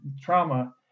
trauma